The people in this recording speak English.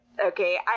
okay